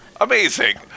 Amazing